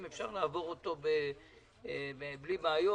אם אפשר, נעבור אותו בלי בעיות.